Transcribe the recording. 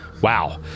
Wow